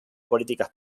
políticas